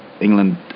England